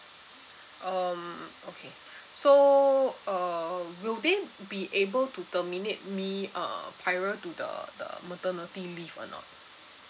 um okay so uh will they be able to terminate me uh prior to the the maternity leave or not